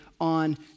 on